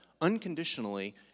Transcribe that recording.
unconditionally